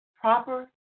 proper